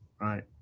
Right